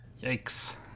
Yikes